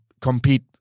compete